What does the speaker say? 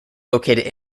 located